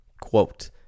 Quote